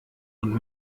und